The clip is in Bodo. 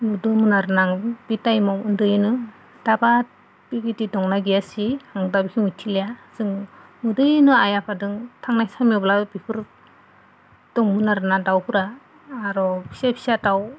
नुदोंमोन आरोना आं बे टाइमाव उन्दैनो दाबा बेबायदि दंना गैया जि आं दा बेखौ मिथिलिया जों उन्दैनो आइ आफाजों थांनाय समायब्ला बेफोर दंमोन आरोना दाउफोरा आरो फिसा फिसा दाउ